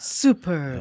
super